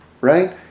right